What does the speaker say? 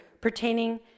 pertaining